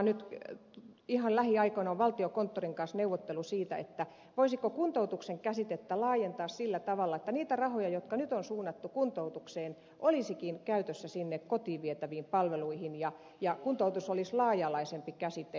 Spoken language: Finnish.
nyt ihan lähiaikoina on valtionkonttorin kanssa neuvottelu siitä voisiko kuntoutuksen käsitettä laajentaa sillä tavalla että niitä rahoja jotka nyt on suunnattu kuntoutukseen olisikin käytössä sinne kotiin vietäviin palveluihin ja kuntoutus olisi laaja alaisempi käsite